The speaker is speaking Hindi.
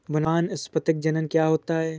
वानस्पतिक जनन क्या होता है?